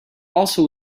also